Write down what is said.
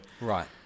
Right